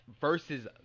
versus